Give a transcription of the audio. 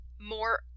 more